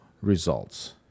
results